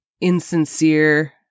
insincere